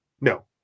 No